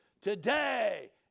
Today